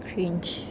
cringe